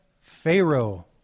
Pharaoh